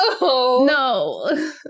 No